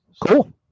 Cool